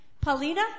Paulina